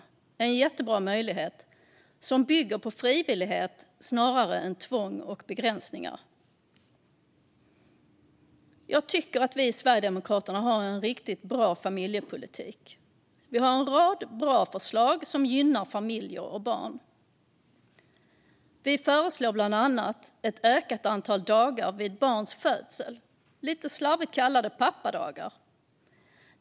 Det är en jättebra möjlighet som bygger på frivillighet snarare än på tvång och begränsningar. Jag tycker att vi i Sverigedemokraterna har en riktigt bra familjepolitik. Vi har en rad bra förslag som gynnar familjer och barn. Vi föreslår bland annat ett ökat antal dagar vid barns födsel, det som lite slarvigt kallas pappadagar.